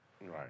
Right